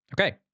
Okay